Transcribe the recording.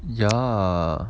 ya